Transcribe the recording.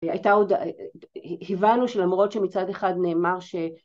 הייתה עוד, הבנו שלמרות שמצד אחד נאמר ש...